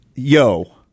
Yo